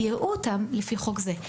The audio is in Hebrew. יראו אותם לפי חוק זה.